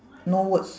no words